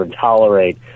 tolerate